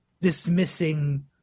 dismissing